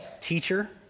teacher